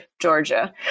Georgia